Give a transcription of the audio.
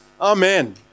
Amen